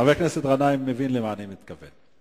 חבר הכנסת גנאים מבין למה אני מתכוון.